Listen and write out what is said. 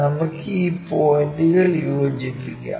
നമുക്കു ഈ പോയിന്റുകൾ യോജിപ്പിക്കാം